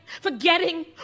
forgetting